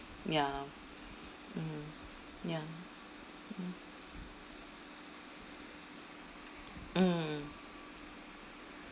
ya mm ya mm mm